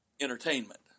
entertainment